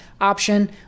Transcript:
option